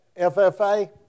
FFA